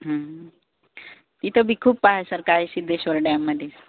हं इथं बी खूप पाहायसारखं आहे आहे सिद्धेश्वर डॅममध्ये